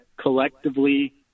collectively